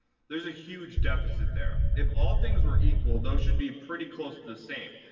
there's a huge deficit there. if all things were equal, those should be pretty close to the same.